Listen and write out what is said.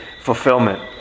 fulfillment